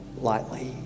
lightly